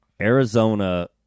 Arizona